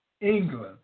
England